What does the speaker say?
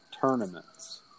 tournaments